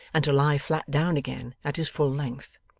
and to lie flat down again, at his full length.